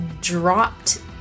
dropped